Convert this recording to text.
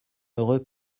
heureux